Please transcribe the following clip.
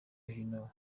hino